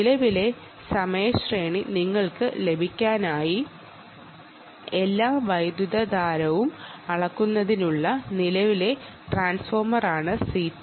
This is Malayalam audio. നിലവിലെ സമയ ശ്രേണി നിങ്ങൾക്ക് ലഭിക്കാനായി എല്ലാ വൈദ്യുതധാരയും അളക്കുന്നതിനുള്ള നിലവിലെ ട്രാൻസ്ഫോർമറാണ് CT